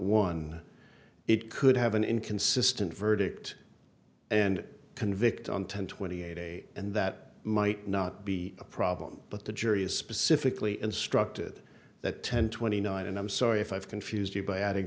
count one it could have an inconsistent verdict and convict on ten twenty a day and that might not be a problem but the jury is specifically instructed that ten twenty nine and i'm sorry if i've confused you by adding